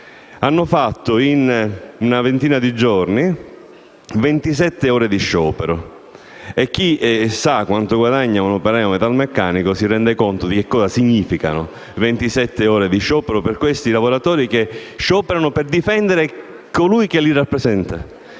hanno fatto ventisette ore di sciopero. E chi sa quanto guadagna un operaio metalmeccanico si rende conto di cosa significhino ventisette ore di sciopero per questi lavoratori, che scioperano per difendere colui che li rappresentava